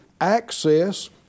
access